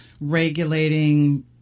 regulating